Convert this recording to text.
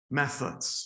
methods